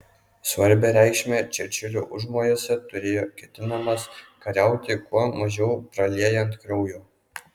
svarbią reikšmę čerčilio užmojuose turėjo ketinimas kariauti kuo mažiau praliejant kraujo